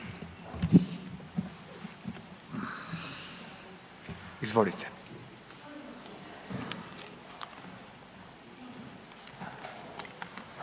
Izvolite.